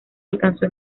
alcanzó